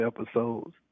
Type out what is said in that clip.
episodes